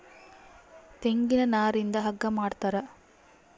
ತೆಂಗಿನ ನಾರಿಂದ ಹಗ್ಗ ಮಾಡ್ತಾರ